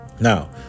now